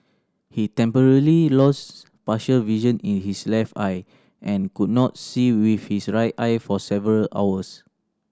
he temporarily lost partial vision in his left eye and could not see with his right eye for several hours